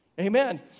Amen